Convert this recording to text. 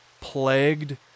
plagued